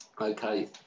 Okay